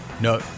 No